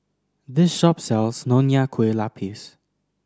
this shop sells Nonya Kueh Lapis